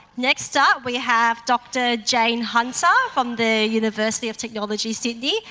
next up we have dr jane hunter from the university of technology, sydney,